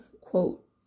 quote